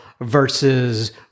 versus